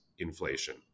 inflation